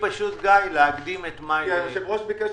היושב-ראש ביקש